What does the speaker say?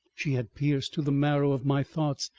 she had pierced to the marrow of my thoughts.